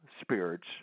spirits